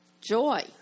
joy